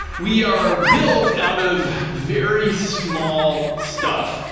we are built out of very small stuff,